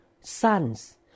sons